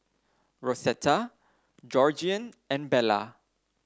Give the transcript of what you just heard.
Rosetta Georgiann and Bella